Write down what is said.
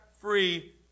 free